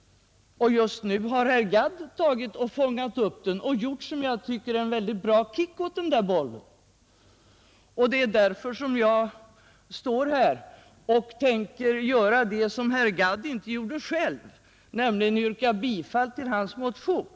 Just nu har herr Gadd fångat upp bollen och givit den, som jag tycker, en väldigt bra kick. Det är därför som jag står här och tänker göra det som herr Gadd inte gjorde själv, nämligen yrka bifall till hans motion.